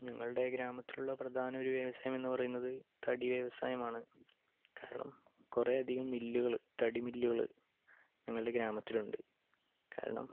ഞങ്ങളുടെ ഗ്രാമത്തിലുള്ള പ്രധാന ഒരു വ്യവസായം എന്ന് പറയുന്നത് തടി വ്യവസായമാണ് കാരണം കുറേയധികം മില്ലുകൾ തടിമില്ലുകൾ ഞങ്ങളുടെ ഗ്രാമത്തിൽ ഉണ്ട് കാരണം